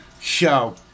Show